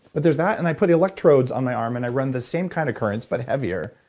but there's that, and i put electrodes on my arm, and i run the same kind of currents, but heavier,